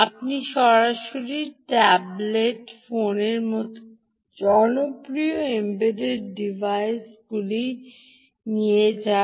আপনি সরাসরি ট্যাবলেট ফোনের মতো জনপ্রিয় এম্বেডড ডিভাইসগুলি নিয়ে যান